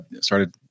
started